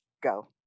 go